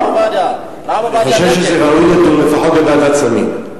אני חושב שזה ראוי לדיון לפחות בוועדת סמים.